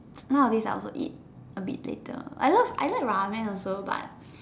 now a days I also eat a bit later I love I like Ramen also but